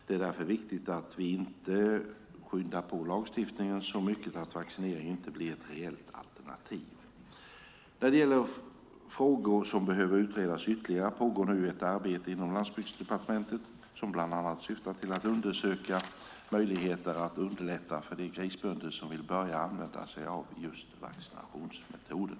Det är därför viktigt att vi inte skyndar på lagstiftningen så mycket att vaccinering inte blir ett reellt alternativ. När det gäller frågor som behöver utredas ytterligare pågår nu ett arbete inom Landsbygdsdepartementet som bland annat syftar till att undersöka möjligheter att underlätta för de grisbönder som vill börja använda sig av just vaccinationsmetoden.